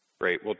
Great